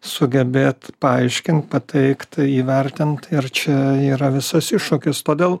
sugebėt paaiškint pateikt įvertint ir čia yra visas iššūkis todėl